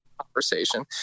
conversation